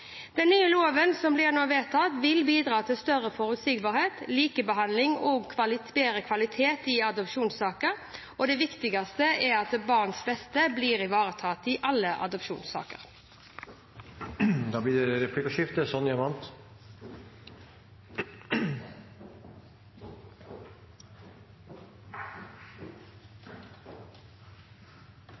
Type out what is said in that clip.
Den nye loven som nå blir vedtatt, vil bidra til større forutsigbarhet, likebehandling og bedre kvalitet i adopsjonssaker. Det viktigste er at barnets beste blir ivaretatt i alle adopsjonssaker. Det blir replikkordskifte.